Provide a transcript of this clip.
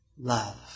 love